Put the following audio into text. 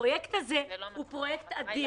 הפרויקט הזה הוא פרויקט אדיר.